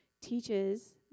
teaches